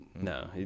no